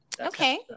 Okay